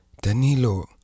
Danilo